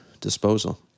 disposal